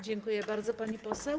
Dziękuję bardzo, pani poseł.